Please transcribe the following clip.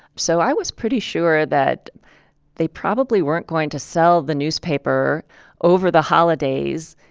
so i was pretty sure that they probably weren't going to sell the newspaper over the holidays,